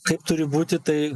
kaip turi būti tai